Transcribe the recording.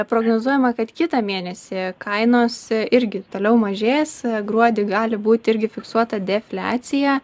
prognozuojama kad kitą mėnesį kainos irgi toliau mažės gruodį gali būt irgi fiksuota defliacija